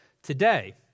today